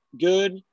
good